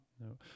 no